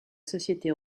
société